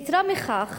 יתירה מכך,